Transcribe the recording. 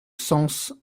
sens